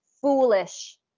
foolish